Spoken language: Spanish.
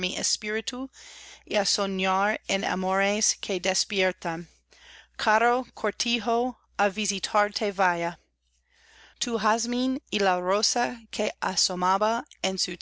tu jazmín y la rosa que asomaba